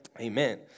Amen